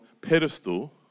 pedestal